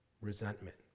resentment